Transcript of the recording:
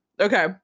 Okay